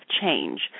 change